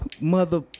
Mother